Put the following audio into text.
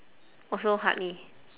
also hardly